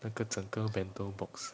那个整个 bento box